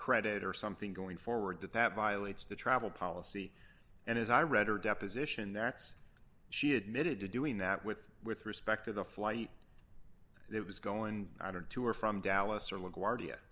credit or something going forward that that violates the travel policy and as i read her deposition that's she admitted to doing that with with respect to the flight that was going to or from dallas or laguardia